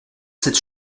cette